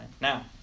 Now